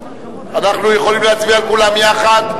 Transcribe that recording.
אנחנו יכולים להצביע על כולן יחד?